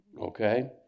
okay